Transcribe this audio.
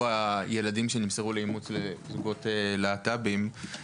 הילדים שנמסרו לאימוץ לזוגות להט"בים.